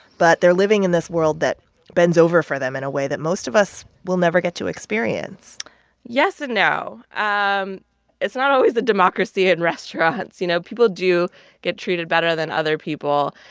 but they're living in this world that bends over for them in a way that most of us will never get to experience yes and no. um it's not always a democracy in restaurants. you know, people do get treated better than other people.